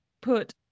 put